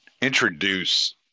Introduce